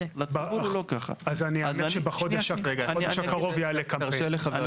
בחודש הקרוב יעלה קמפיין.